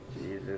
Jesus